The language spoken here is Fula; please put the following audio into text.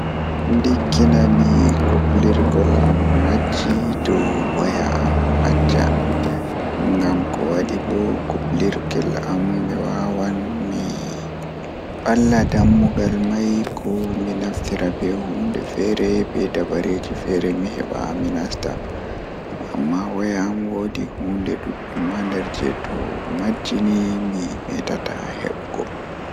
Ndikkina mi So mi waawi ɗonnoogol ko mi waɗi laaju ko moɓile mi walla laaju ko key ɗum, miɗo ɗonnoo laaju ko moɓile mi. Moɓile ɗum wi'ude ɓuri hayre ngal njam e njamaaji, sabu o waɗi e nguurndam ɗum ko njam e heɓa fow. Ko key ɗum, miɓe muɓe wuro ɗum wi'ude